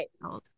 right